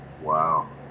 Wow